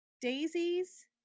daisies